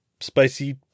Spicy